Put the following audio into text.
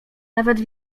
nawet